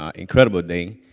um incredible day.